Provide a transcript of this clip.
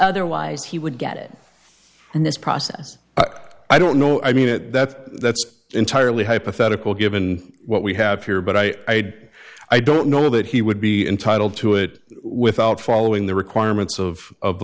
otherwise he would get it in this process i don't know i mean that that's entirely hypothetical given what we have here but i i don't know that he would be entitled to it without following the requirements of